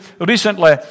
recently